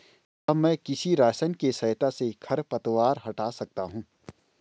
क्या मैं किसी रसायन के सहायता से खरपतवार हटा सकता हूँ?